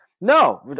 No